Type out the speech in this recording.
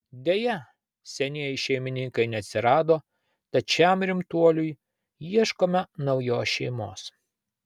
deja senieji šeimininkai neatsirado tad šiam rimtuoliui ieškome naujos šeimos